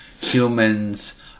humans